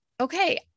okay